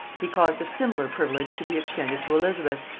he caused a similar privilege to be extended to elizabeth,